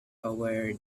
aware